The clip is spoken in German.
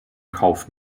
kauf